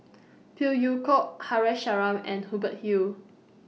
Phey Yew Kok Haresh Sharma and Hubert Hill